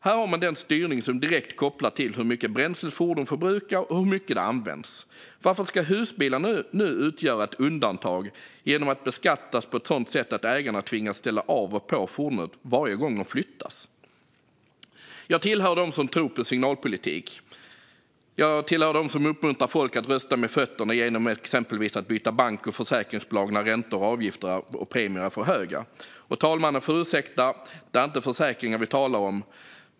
Där har man en styrning som har direkt koppling till hur mycket bränsle ett fordon förbrukar och hur mycket det används. Varför ska husbilen utgöra ett undantag genom att beskattas på ett sådant sätt att ägaren tvingas ställa av och på fordonet varje gång det ska flyttas? Jag tillhör dem som tror på signalpolitik. Jag tillhör dem som uppmuntrar folk att rösta med fötterna, exempelvis genom att byta bank eller försäkringsbolag när räntor, avgifter eller premier är för höga. Talmannen får ursäkta; det är inte försäkringar vi talar om.